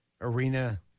arena